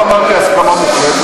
לא אמרתי הסכמה מוחלטת,